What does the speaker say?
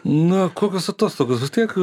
na kokios atostogos tiek